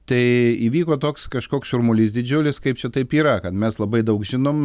tai įvyko toks kažkoks šurmulys didžiulis kaip čia taip yra kad mes labai daug žinom